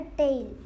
tail